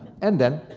and then,